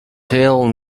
tell